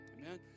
Amen